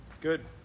Good